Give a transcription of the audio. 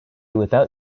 without